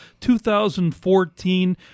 2014